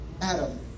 Adam